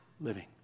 living